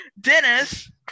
Dennis